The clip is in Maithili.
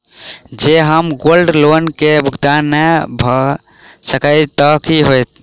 जँ हम गोल्ड लोन केँ भुगतान न करऽ सकबै तऽ की होत?